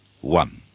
one